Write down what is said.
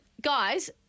Guys